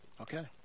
Okay